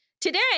today